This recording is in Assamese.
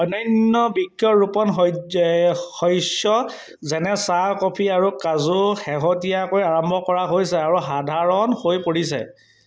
অন্যান্য বৃক্ষৰোপণ শস্য যেনে চাহ কফি আৰু কাজু শেহতীয়াকৈ আৰম্ভ কৰা হৈছে আৰু সাধাৰণ হৈ পৰিছে